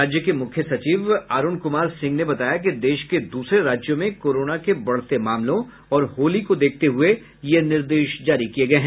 राज्य के मुख्य सचिव अरूण कुमार सिंह ने बताया कि देश के दूसरे राज्यों में कोरोना के बढ़ते मामलों और होली को देखते हुए ये निर्देश जारी किये गये हैं